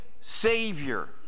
savior